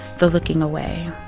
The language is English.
the looking away,